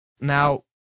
Now